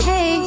Hey